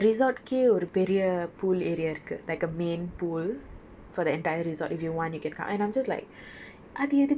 ஆனால் அந்த அந்த:aanal antha antha room லே இருக்க:le irukka pool ளையும் தாண்டி அந்த:laiyum thaandi antha resort கே ஒரு பெரிய:ke oru periya pool area இருக்கு:irukku like a main pool